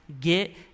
Get